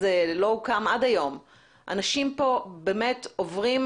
לצורך זה המשרד לשוויון חברתי יירתם עם המתנדבים שיגיעו